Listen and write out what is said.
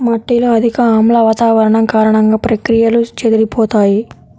మట్టిలో అధిక ఆమ్ల వాతావరణం కారణంగా, ప్రక్రియలు చెదిరిపోతాయి